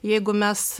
jeigu mes